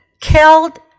killed